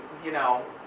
you know?